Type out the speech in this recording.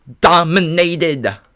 dominated